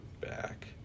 back